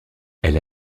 elle